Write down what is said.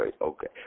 okay